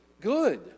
good